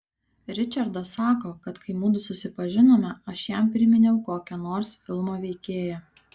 ričardas sako kad kai mudu susipažinome aš jam priminiau kokią nors filmo veikėją